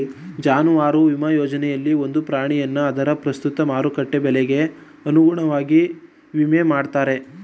ಜಾನುವಾರು ವಿಮಾ ಯೋಜನೆಯಲ್ಲಿ ಒಂದು ಪ್ರಾಣಿಯನ್ನು ಅದರ ಪ್ರಸ್ತುತ ಮಾರುಕಟ್ಟೆ ಬೆಲೆಗೆ ಅನುಗುಣವಾಗಿ ವಿಮೆ ಮಾಡ್ತಾರೆ